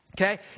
okay